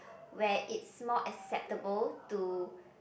where it's more acceptable to